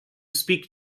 speak